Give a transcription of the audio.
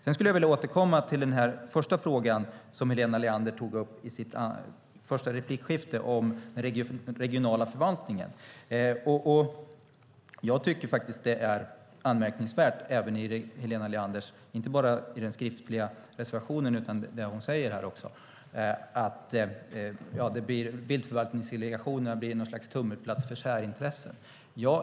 Jag skulle vilja återkomma till den fråga som Helena Leander tog upp i sitt första replikskifte om den regionala förvaltningen. Jag tycker faktiskt att inte bara det som står i Helena Leanders skriftliga reservation utan också det hon säger här om att viltförvaltningsdelegationerna blir något slags tummelplats för särintressen är anmärkningsvärt.